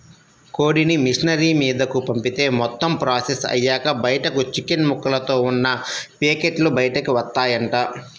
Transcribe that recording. కోడిని మిషనరీ మీదకు పంపిత్తే మొత్తం ప్రాసెస్ అయ్యాక బయటకు చికెన్ ముక్కలతో ఉన్న పేకెట్లు బయటకు వత్తాయంట